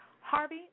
Harvey